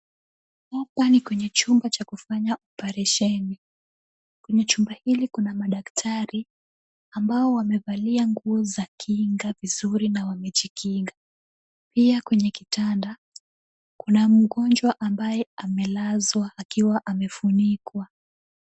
Hapa ni kwenye chombo cha kufanyia oparesheni. Kwenye chumba hili kuna madaktari ambao wamevalia nguo za kinga vizuri na wamejikinga. Pia kwenye itanda, kuna mgonjwa ambaye amelazwa akiwa amefunikwa.